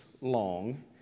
long